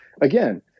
again